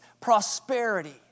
prosperity